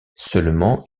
seulement